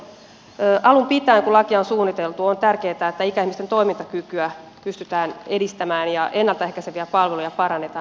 alun pitäen kun lakia on suunniteltu on ollut tärkeätä että ikäihmisten toimintakykyä pystytään edistämään ja ennalta ehkäiseviä palveluja parannetaan